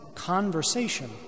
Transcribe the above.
conversation